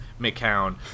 McCown